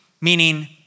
Meaning